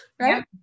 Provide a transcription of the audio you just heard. right